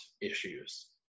issues